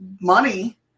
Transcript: money